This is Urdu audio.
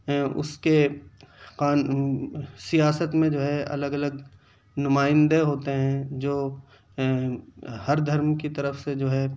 اس کے سیاست میں جو ہے الگ الگ نمائندے ہوتے ہیں جو ہر دھرم کی طرف سے جو ہے